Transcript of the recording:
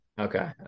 Okay